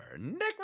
Nick